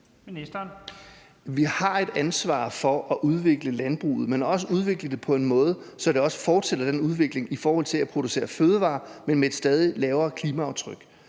Vi har et ansvar for at udvikle landbruget, men også for at udvikle det på en måde, så det også fortsætter den udvikling i forhold til at producere fødevarer, men med et stadig lavere klimaaftryk.